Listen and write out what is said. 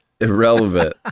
Irrelevant